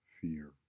fear